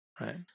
right